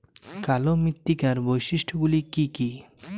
কালো মৃত্তিকার বৈশিষ্ট্য গুলি কি কি?